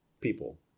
people